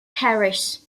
parish